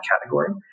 category